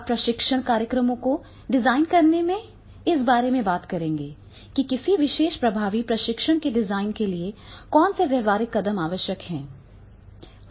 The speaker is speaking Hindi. अब प्रशिक्षण कार्यक्रमों को डिजाइन करने में हम इस बारे में बात करेंगे कि किसी विशेष प्रभावी प्रशिक्षण के डिजाइन के लिए कौन से व्यावहारिक कदम आवश्यक हैं